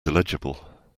illegible